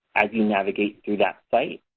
as you navigate through that site.